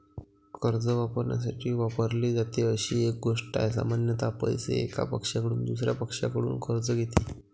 कर्ज वापरण्यासाठी वापरली जाते अशी एक गोष्ट आहे, सामान्यत पैसे, एका पक्षाकडून दुसर्या पक्षाकडून कर्ज घेते